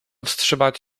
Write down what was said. wstrzymać